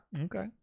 Okay